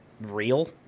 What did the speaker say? real